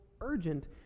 urgent